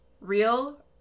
real